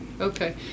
Okay